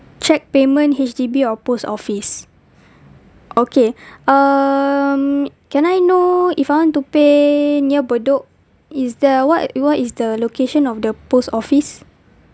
cheque payment H_D_B or post office okay um can I know if I want to pay near bedok is the what what is the location of the post office